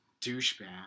douchebag